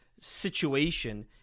situation